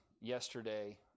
yesterday